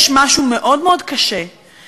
יש משהו מאוד מאוד קשה,